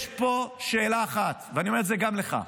יש פה שאלה אחת, ואני אומר את זה גם לך,